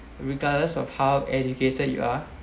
regardless of how educated you are